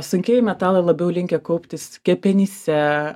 sunkieji metalai labiau linkę kauptis kepenyse